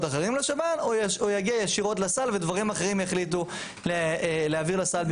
אחרים לשב"ן או יגיע ישירות לסל ודברים אחרים יחליטו להעביר לסל במקומו.